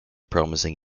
promising